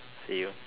see you